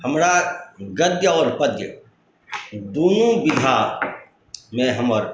हमरा गद्य आओर पद्य दुनू विभागमे हमर